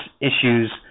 issues